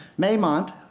Maymont